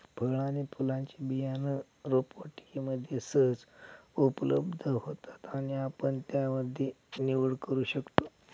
फळ आणि फुलांचे बियाणं रोपवाटिकेमध्ये सहज उपलब्ध होतात आणि आपण त्यामध्ये निवड करू शकतो